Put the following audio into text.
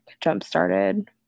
jump-started